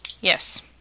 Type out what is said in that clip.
Yes